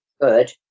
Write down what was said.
good